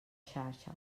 xarxa